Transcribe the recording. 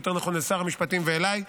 יותר נכון אל שר המשפטים ואליי,